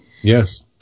yes